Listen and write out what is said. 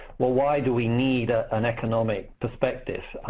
well, why do we need ah an economic perspective?